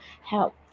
help